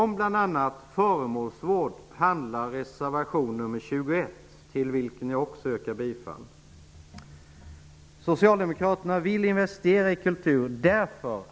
Jag yrkar bifall också till den. Socialdemokraterna vill investera i kulturen.